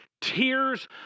tears